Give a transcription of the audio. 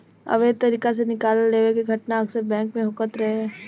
अवैध तरीका से निकाल लेवे के घटना अक्सर बैंक में होखत रहे